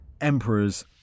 emperors